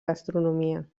gastronomia